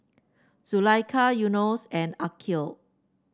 Zulaikha Yunos and Aqil